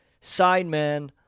sideman